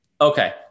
okay